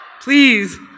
Please